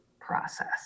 process